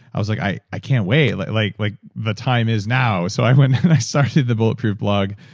i was like, i i can't wait like like like the time is now, so i went, and i started the bulletproof blog,